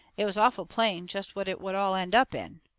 it was awful plain jest what it would all end up in.